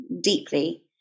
deeply